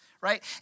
Right